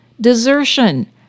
desertion